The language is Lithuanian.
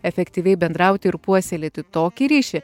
efektyviai bendrauti ir puoselėti tokį ryšį